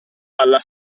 alla